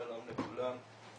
שלום לכולם.